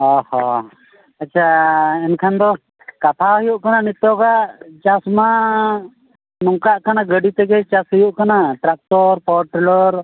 ᱚᱻ ᱦᱮᱸ ᱟᱪᱪᱷᱟ ᱮᱱᱠᱷᱟᱱ ᱫᱚ ᱠᱟᱛᱷᱟ ᱦᱩᱭᱩᱜ ᱠᱟᱱᱟ ᱱᱤᱛᱚᱜᱟᱜ ᱪᱟᱥᱢᱟ ᱱᱚᱝᱠᱟᱜ ᱠᱟᱱᱟ ᱜᱟᱹᱰᱤ ᱛᱮᱜᱮ ᱪᱟᱥ ᱦᱩᱭᱩᱜ ᱠᱟᱱᱟ ᱴᱨᱟᱠᱴᱚᱨ ᱯᱚᱴᱞᱚᱨ